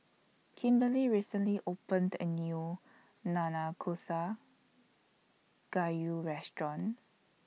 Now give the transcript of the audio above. Kimberlee recently opened A New Nanakusa Gayu Restaurant